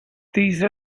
these